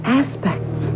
aspects